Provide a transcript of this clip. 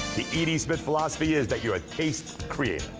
the e d. smith philosophy is that you're a taste creator.